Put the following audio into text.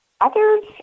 others